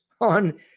on